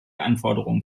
anforderungen